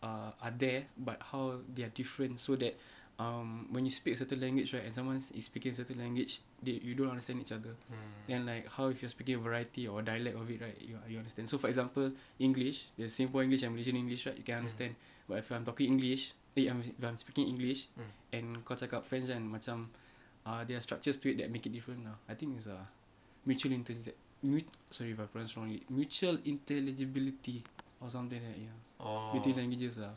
uh are there but how there are different so that um when you speak a certain language right and someone is speaking a certain language they you don't understand each other then like how if you're speaking variety or dialect of it right you you understand so for example english your singapore english and malaysian english right you can understand but if I'm talking english eh I'm if I'm speaking english and kau cakap macam ah there are structures to it that make it different ah I think it's ah mut~ inter~ mu~ sorry if I pronounce wrongly mutual intelligibility or something like ya between languages ah